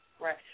right